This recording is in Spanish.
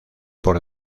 por